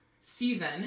season